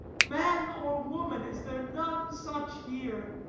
man or woman, is there none such here?